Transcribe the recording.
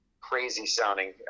crazy-sounding